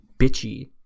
bitchy